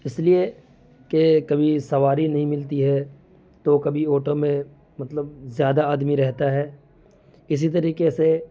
اس لیے کہ کبھی سواری نہیں ملتی ہے تو کبھی آٹو میں مطلب زیادہ آدمی رہتا ہے اسی طریقے سے